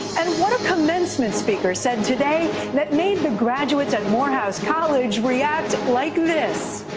and what commencement speaker said today that made the graduates at morehouse college react like this.